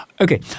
Okay